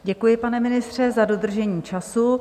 Děkuji, pane ministře, za dodržení času.